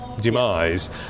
Demise